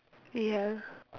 ya